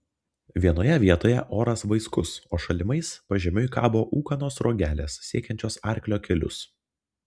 vienoje vietoje oras vaiskus o šalimais pažemiui kabo ūkanos sruogelės siekiančios arklio kelius